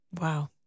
Wow